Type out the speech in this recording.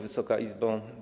Wysoka Izbo!